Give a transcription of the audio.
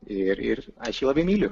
ir ir aš jį labai myliu